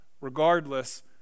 Regardless